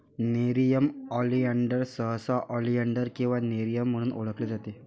nerium oleander सहसा oleander किंवा nerium म्हणून ओळखले जाते